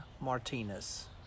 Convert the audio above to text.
Martinez